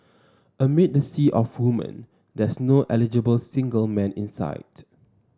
amid the sea of woman there's no eligible single man in sight